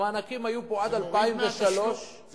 המענקים היו פה עד 2003. יפה.